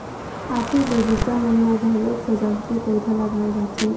office, बगीचा मन म घलोक सजावटी पउधा लगाए जाथे